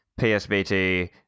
PSBT